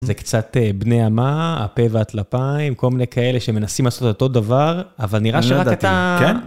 זה קצת בני עמה, הפה והטלפיים, כל מיני כאלה שמנסים לעשות אותו דבר, אבל נראה שרק את ה...כן?